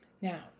Now